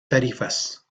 tarifas